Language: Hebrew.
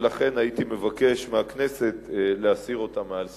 ולכן הייתי מבקש מהכנסת להסיר אותה מעל סדר-היום.